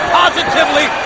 positively